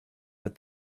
but